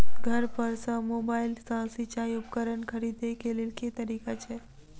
घर पर सऽ मोबाइल सऽ सिचाई उपकरण खरीदे केँ लेल केँ तरीका छैय?